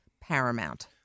paramount